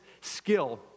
skill